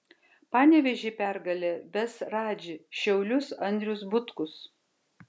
panevėžį į pergalę ves radži šiaulius andrius butkus